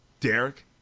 Derek